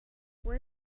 what